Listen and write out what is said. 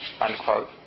Unquote